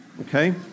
Okay